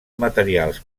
materials